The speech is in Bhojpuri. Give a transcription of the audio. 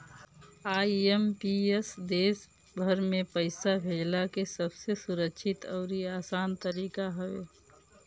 आई.एम.पी.एस देस भर में पईसा भेजला के सबसे सुरक्षित अउरी आसान तरीका हवे